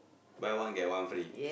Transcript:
buy one get one free